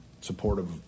supportive